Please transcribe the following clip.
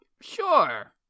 Sure